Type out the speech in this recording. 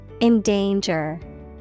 Endanger